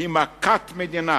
היא מכת מדינה